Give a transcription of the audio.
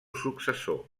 successor